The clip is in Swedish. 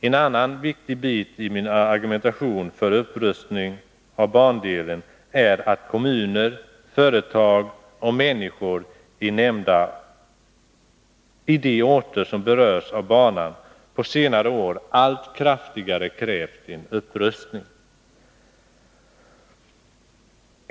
En annan viktig bit i min argumentation för upprustningen av bandelen är att kommuner, företag och människor i de orter som berörs av banan på senare år allt kraftigare krävt en upprustning.